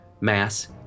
Mass